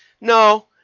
No